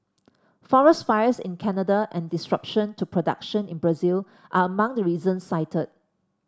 forest fires in Canada and disruption to production in Brazil are among the reasons cited